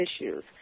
issues